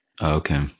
Okay